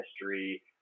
history